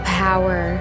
power